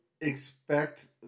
expect